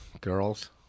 girls